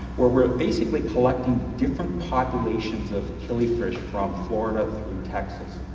where we are basically collecting different populations of killifish from florida through texas.